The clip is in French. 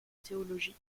théologie